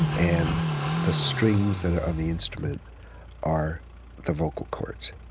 and the strings that are on the instrument are the vocal chords.